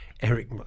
eric